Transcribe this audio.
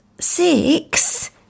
six